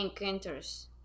encounters